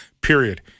period